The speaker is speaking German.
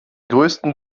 größten